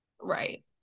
Right